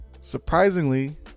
surprisingly